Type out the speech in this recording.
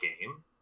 game